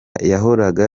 yahoraga